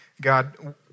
God